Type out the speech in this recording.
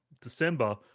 December